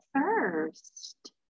first